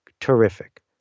terrific